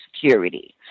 security